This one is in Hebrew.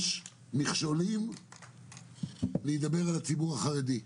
אני אדבר על הציבור החרדי,